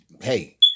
hey